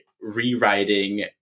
rewriting